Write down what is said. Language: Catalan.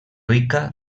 rica